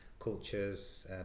cultures